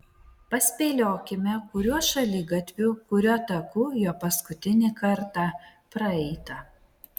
paspėliokime kuriuo šaligatviu kuriuo taku jo paskutinį kartą praeita